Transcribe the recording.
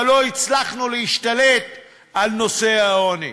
אבל לא הצלחנו להשתלט על נושא העוני.